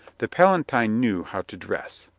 the pala tine knew how to dress.